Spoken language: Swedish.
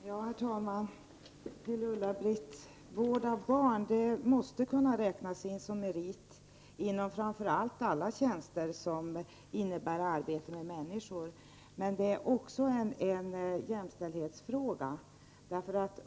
Herr talman! Till Ulla-Britt Åbark vill jag säga att vård av barn måste kunna räknas som merit framför allt inom alla tjänster som innebär arbete med människor. Det är också en jämställdhetsfråga.